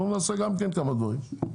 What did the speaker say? אנחנו נעשה גם כן כמה דברים.